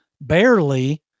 barely